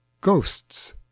ghosts